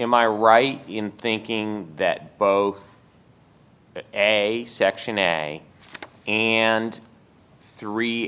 am i right in thinking that a section and three